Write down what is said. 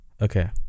okay